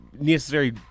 necessary